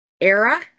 era